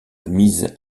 mise